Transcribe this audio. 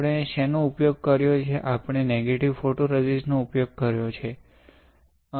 આપણે શેનો ઉપયોગ કર્યો છે આપણે નેગેટિવ ફોટોરેઝિસ્ટ નો ઉપયોગ કર્યો છે